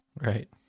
Right